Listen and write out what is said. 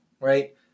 right